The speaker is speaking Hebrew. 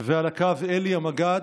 ועל הקו אלי המג"ד,